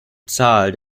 zahl